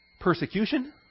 persecution